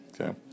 okay